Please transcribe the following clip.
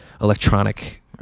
electronic